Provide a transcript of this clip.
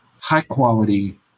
high-quality